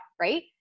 right